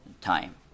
time